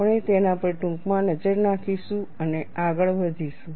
આપણે તેના પર ટૂંકમાં નજર નાખીશું અને આગળ વધીશું